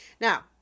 now